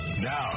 Now